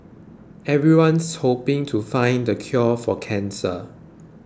everyone's hoping to find the cure for cancer